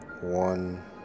one